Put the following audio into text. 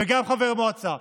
וגם חבר מועצה.